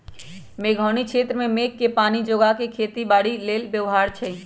मेघोउनी क्षेत्र में मेघके पानी जोगा कऽ खेती बाड़ी लेल व्यव्हार छै